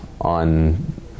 on